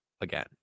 again